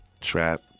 trap